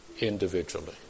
individually